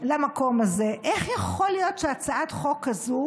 למקום הזה, איך יכול להיות שהצעת חוק כזו